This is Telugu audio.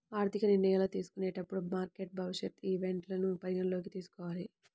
ఆర్థిక నిర్ణయాలు తీసుకునేటప్పుడు మార్కెట్ భవిష్యత్ ఈవెంట్లను పరిగణనలోకి తీసుకోవాలి